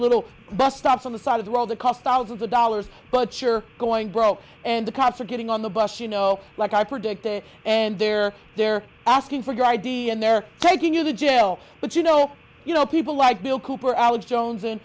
little bus stops on the side of the world that cost thousands of dollars but you're going broke and the cops are getting on the bus you know like i predicted and they're they're asking for your id and they're taking you to jail but you know you know people like bill cooper alex jones and